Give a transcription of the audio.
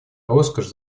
роскошь